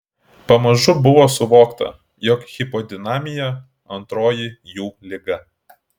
pamažu buvo suvokta jog hipodinamija antroji jų liga